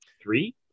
Three